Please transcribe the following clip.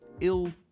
ill